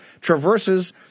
traverses